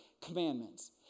commandments